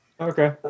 okay